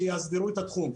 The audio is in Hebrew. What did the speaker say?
שיאסדרו את התחום.